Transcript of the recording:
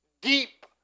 deep